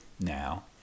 now